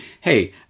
hey